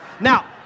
Now